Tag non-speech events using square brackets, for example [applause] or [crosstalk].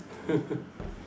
[laughs]